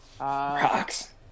Rocks